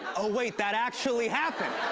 oh, wait, that actually happened.